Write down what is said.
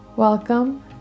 Welcome